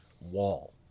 wall